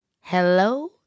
Hello